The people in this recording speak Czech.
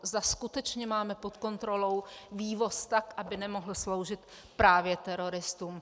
Zda skutečně máme pod kontrolou vývoz tak, aby nemohl sloužit právě teroristům.